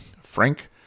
Frank